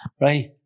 right